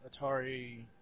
Atari